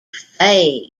phase